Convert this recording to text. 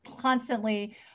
constantly